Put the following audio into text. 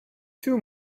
too